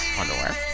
underwear